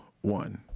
one